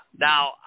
Now